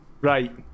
Right